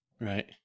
right